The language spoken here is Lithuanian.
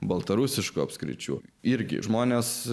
baltarusiškų apskričių irgi žmonės